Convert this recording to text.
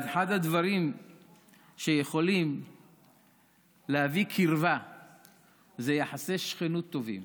אחד הדברים שיכולים להביא קרבה זה יחסי שכנות טובים,